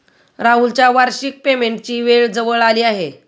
राहुलच्या वार्षिक पेमेंटची वेळ जवळ आली आहे